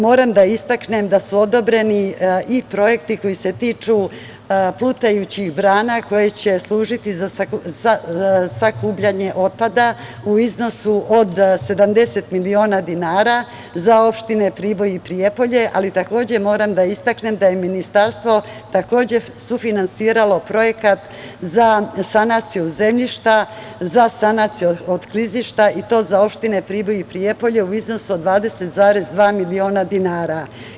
Moram da istaknem da su odobreni i projekti koji se tiču plutajućih brana, koje će služiti za sakupljanje otpada u iznosu od 70 miliona dinara za opštine Priboj i Prijepolje, ali takođe moram da istaknem da je Ministarstvo takođe sufinansiralo projekat za sanaciju zemljišta, za sanaciju od klizišta i to za opštine Priboj i Prijepolje, iznosu od 20,2 miliona dinara.